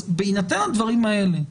בהינתן הדברים האלה,